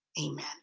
Amen